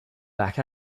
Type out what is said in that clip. back